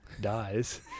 dies